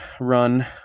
run